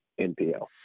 NPL